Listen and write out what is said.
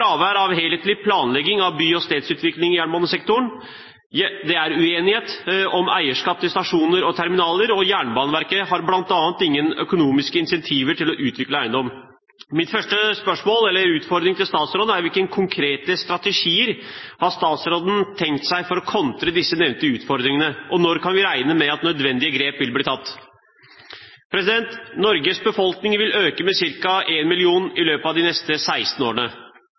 av helhetlig planlegging av by- og stedsutvikling i jernbanesektoren, det er uenighet om eierskap til stasjoner og terminaler, og Jernbaneverket har bl.a. ingen økonomiske incentiver til å utvikle eiendom. Min første utfordring til statsråden er: Hvilke konkrete strategier har statsråden tenkt seg for å kontre disse nevnte utfordringene, og når kan vi regne med at nødvendige grep vil bli tatt? Norges befolkning vil øke med ca. 1 million i løpet av de neste 16 årene.